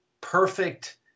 perfect